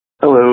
Hello